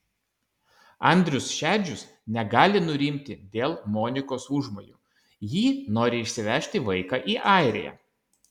andrius šedžius negali nurimti dėl monikos užmojų ji nori išsivežti vaiką į airiją